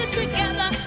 together